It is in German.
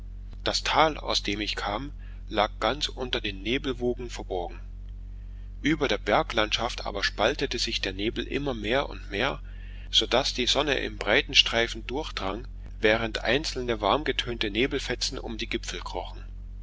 das tal aus dem ich kam lag ganz unter den nebelwogen verborgen über der berglandschaft aber spaltete sich der nebel immermehr und mehr so daß die sonne in breiten streifen durchdrang während einzelne warmgetönte nebelfetzen um die gipfel krochen